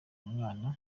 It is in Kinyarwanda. umwana